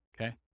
Okay